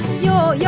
your yeah